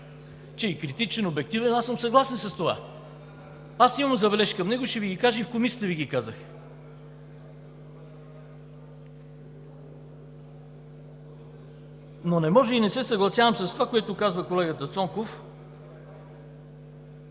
че е критичен и обективен. Аз съм съгласен с това. Имам забележки към него, ще Ви ги кажа, и в Комисията ги казах. Не може и не се съгласявам с това, което каза колегата Цонков.